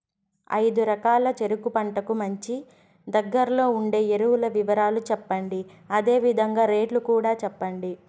ఐదు ఎకరాల చెరుకు పంటకు మంచి, దగ్గర్లో ఉండే ఎరువుల వివరాలు చెప్పండి? అదే విధంగా రేట్లు కూడా చెప్పండి?